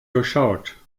durchschaut